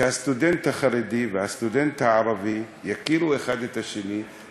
שהסטודנט החרדי והסטודנט הערבי יכירו אחד את השני,